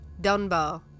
Dunbar